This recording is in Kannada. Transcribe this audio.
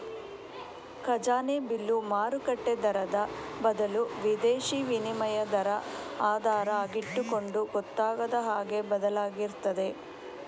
ಖಜಾನೆ ಬಿಲ್ಲು ಮಾರುಕಟ್ಟೆ ದರದ ಬದಲು ವಿದೇಶೀ ವಿನಿಮಯ ದರ ಆಧಾರ ಆಗಿಟ್ಟುಕೊಂಡು ಗೊತ್ತಾಗದ ಹಾಗೆ ಬದಲಾಗ್ತಿರ್ತದೆ